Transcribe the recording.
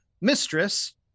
mistress